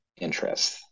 interest